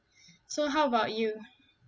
so how about you